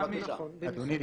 אדוני,